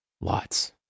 Lots